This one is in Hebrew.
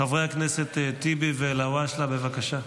חברי הכנסת טיבי ואלהואשלה, בבקשה.